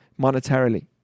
monetarily